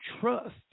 trust